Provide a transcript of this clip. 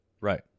right